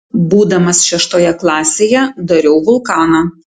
būdamas šeštoje klasėje dariau vulkaną